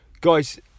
guys